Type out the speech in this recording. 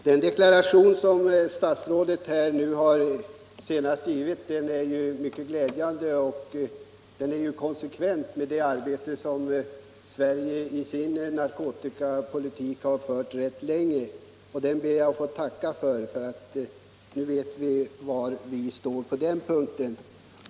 Herr talman! Den deklaration som statsrådet senast gjorde är mycket glädjande. Den ligger i linje med den narkotikapolitik som Sverige rätt länge fört. Jag ber att få tacka för deklarationen — nu vet vi var vi står på den här punkten.